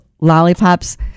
lollipops